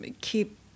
keep